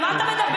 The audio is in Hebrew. על מה אתה מדבר?